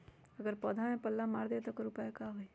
अगर पौधा में पल्ला मार देबे त औकर उपाय का होई?